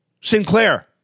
Sinclair